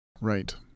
Right